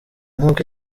nk’uko